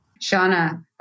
Shauna